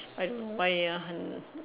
like why ah